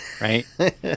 Right